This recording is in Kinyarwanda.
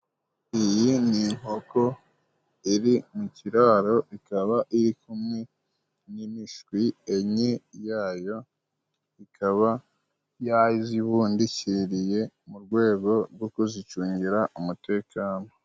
Iyi ni inkoko iri mu kiraro ikaba iri kumwe n'imishwi enye yayo ikaba yazibundikiriye mu rwego rwo kuzicungira umutekano.